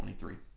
23